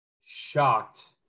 shocked